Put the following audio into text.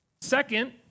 Second